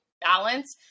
balance